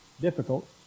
difficult